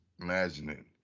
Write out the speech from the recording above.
imagine